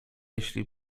jeśli